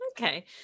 Okay